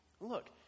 Look